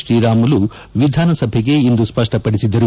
ಶ್ರೀರಾಮುಲು ವಿಧಾನಸಭೆಗಿಂದು ಸ್ಪಷ್ಪಡಿಸಿದರು